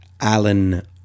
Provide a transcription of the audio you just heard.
Alan